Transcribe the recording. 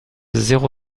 zéro